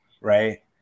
right